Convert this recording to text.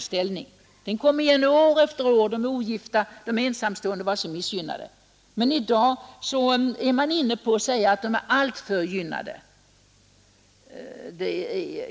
ställning Motionerna har kommit igen år efter år. I dag säger man att de ensamstående är alltför gynnade.